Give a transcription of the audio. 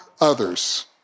others